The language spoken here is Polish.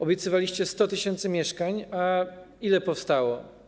Obiecywaliście 100 tys. mieszkań, a ile powstało?